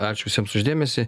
ačiū visiems už dėmesį